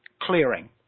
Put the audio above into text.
clearing